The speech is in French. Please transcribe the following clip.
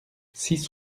six